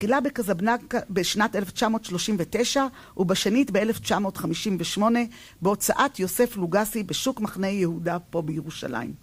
גילה בקזבנקה בשנת 1939, ובשנית ב-1958 בהוצאת יוסף לוגסי בשוק מחנה יהודה פה בירושלים.